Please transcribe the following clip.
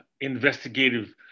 investigative